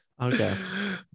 Okay